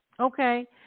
Okay